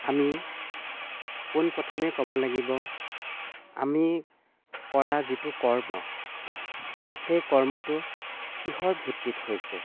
আমি পোনপ্ৰথমে ক'ব লাগিব আমি কৰা যিটো কৰ্ম সেই কৰ্মটো কিহৰ ভিত্তিত হৈছে